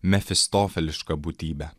mefistofeliška būtybe